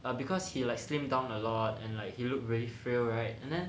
but because he like slim down a lot and like he looked very fragile right and then